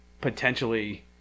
potentially